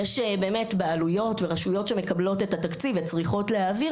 בעלויות וברשויות שמקבלות את התקציב וצריכות להעביר,